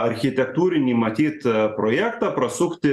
architektūrinį matyt projektą prasukti